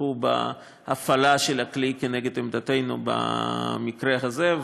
יתמכו בהפעלה של הכלי כנגד עמדתנו במקרה הזה,